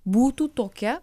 būtų tokia